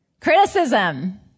Criticism